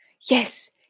yes